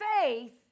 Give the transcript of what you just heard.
faith